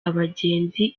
abagenzi